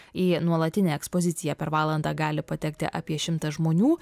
į nuolatinę ekspoziciją per valandą gali patekti apie šimtas žmonių